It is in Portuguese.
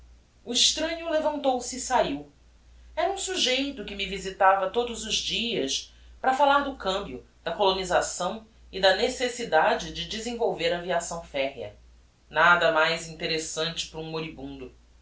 o extranho levantou-se e sahiu era um sujeito que me visitava todos os dias para fallar do cambio da colonisação e da necessidade de desenvolver a viação ferrea nada mais interessante para um moribundo